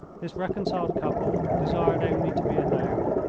this reconciled couple desired only to be alone.